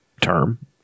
term